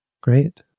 great